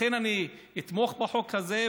לכן אני אתמוך בחוק הזה,